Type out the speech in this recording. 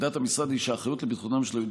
עמדת המשרד היא שהאחריות לביטחונם של היהודים